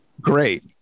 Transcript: Great